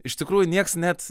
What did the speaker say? iš tikrųjų nieks net